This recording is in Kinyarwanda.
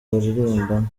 baririmbana